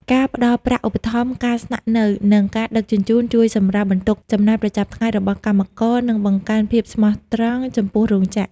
ការផ្ដល់ប្រាក់ឧបត្ថម្ភការស្នាក់នៅ និងការដឹកជញ្ជូន ជួយសម្រាលបន្ទុកចំណាយប្រចាំថ្ងៃរបស់កម្មករ និងបង្កើនភាពស្មោះត្រង់ចំពោះរោងចក្រ។